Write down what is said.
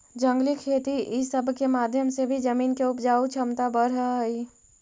जंगली खेती ई सब के माध्यम से भी जमीन के उपजाऊ छमता बढ़ हई